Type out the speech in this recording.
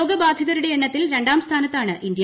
രോഗബാധിതരുടെ എണ്ണത്തിൽ രണ്ടാം സ്ഥാനത്താണ് ഇന്ത്യ